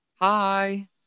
hi